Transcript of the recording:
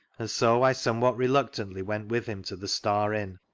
and so i somewhat reluctantly went with him to the star inn.